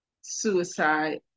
suicide